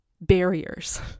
barriers